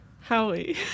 Howie